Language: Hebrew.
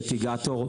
אני ליטיגטור,